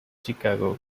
chicago